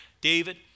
David